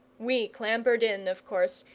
we clambered in, of course,